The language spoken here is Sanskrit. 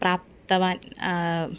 प्राप्तवान्